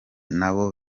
nabo